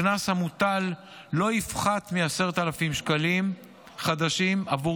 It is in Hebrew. הקנס המוטל לא יפחת מ-10,000 שקלים חדשים עבור